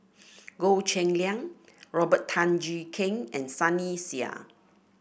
Goh Cheng Liang Robert Tan Jee Keng and Sunny Sia